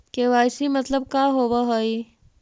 KYC मतलब का होव हइ?